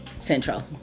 central